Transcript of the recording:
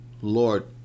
Lord